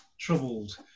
troubled